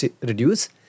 reduce